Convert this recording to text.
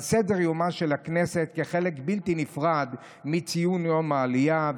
סדר-יומה של הכנסת כחלק בלתי נפרד מציון יום העלייה.